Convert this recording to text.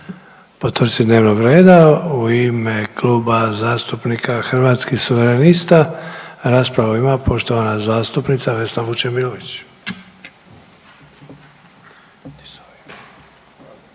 po točci dnevnoga reda. U ime Kluba zastupnika Hrvatskih Suverenista raspravu ima poštovana zastupnica Vesna Vučemilović.